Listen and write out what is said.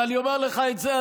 ואני אומר לך את זה,